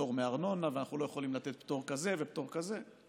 פטור מארנונה ואנחנו לא יכולים לתת פטור כזה ופטור כזה.